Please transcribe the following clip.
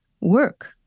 work